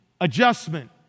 adjustment